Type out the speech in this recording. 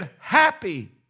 happy